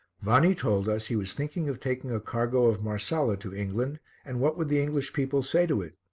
vanni told us he was thinking of taking a cargo of marsala to england and what would the english people say to it?